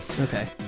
okay